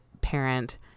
parent